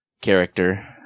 character